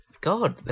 God